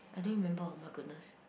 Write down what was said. I don't remember oh my goodness